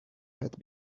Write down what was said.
had